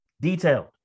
detailed